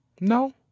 No